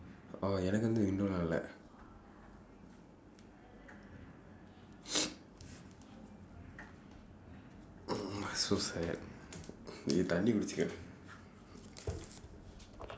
orh எனக்கு வந்து இன்னொரு நாளிலே:enakku vandthu innoru naalilee so sad தண்ணீ குடிச்சுக்கே:thannii kudichsukkee